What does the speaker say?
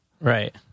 Right